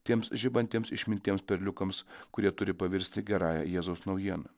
tiems žibantiems išminties perliukams kurie turi pavirsti gerąja jėzaus naujiena